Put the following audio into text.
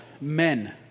men